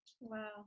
wow